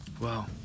Wow